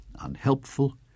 unhelpful